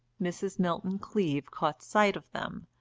mrs. milton-cleave caught sight of them,